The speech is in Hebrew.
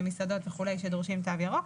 למסעדות וכולי שדורשים תו ירוק.